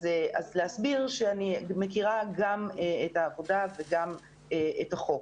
זאת כדי להסביר שאני מכירה גם את העבודה וגם את החוק.